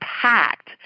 packed